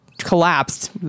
Collapsed